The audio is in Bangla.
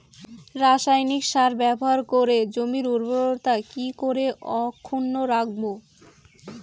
রাসায়নিক সার ব্যবহার করে জমির উর্বরতা কি করে অক্ষুণ্ন রাখবো